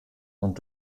und